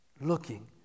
looking